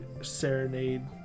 serenade